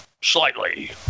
Slightly